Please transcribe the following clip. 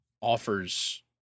offers